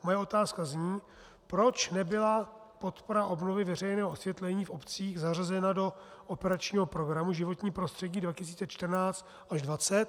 Moje otázka zní: Proč nebyla podpora obnovy veřejného osvětlení v obcích zařazena do operačního programu Životní prostředí 2014 až 2020?